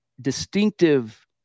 distinctive